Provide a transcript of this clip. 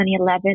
2011